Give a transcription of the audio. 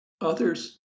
others